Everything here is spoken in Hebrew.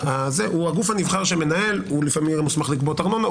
הוא הגוף הנבחר שמנהל ולפעמים הוא גם מוסמך לקבוע את הארנונה.